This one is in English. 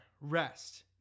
rest